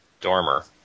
Dormer